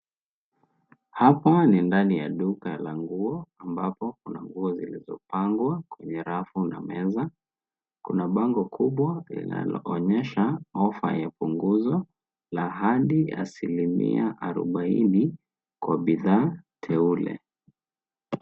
Hapa ni ndani ya duka la nguo, ambako kuna nguo zilizopangwa kwenye rafu na meza. Kuna bango kubwa linaloonyesha ofa ya punguzo la hadi asilimia arobaini kwa bidhaa teule.